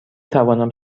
توانم